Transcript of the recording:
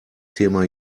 thema